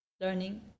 learning